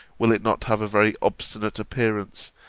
will it not have a very obstinate appearance,